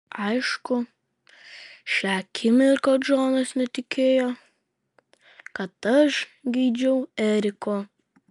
aišku šią akimirką džonas netikėjo kad aš geidžiau eriko